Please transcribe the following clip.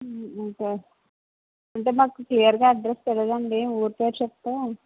okay అంటే మాకు క్లియర్గా అడ్రసు తెలియదండి ఊరి పేరు చెప్తే